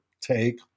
take